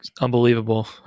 Unbelievable